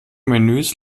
menüs